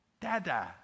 Dada